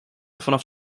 vanaf